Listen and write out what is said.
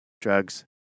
Drugs